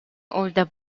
older